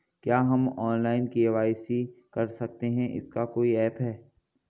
क्या हम online KYC कर सकते हैं इसका कोई ऐप है?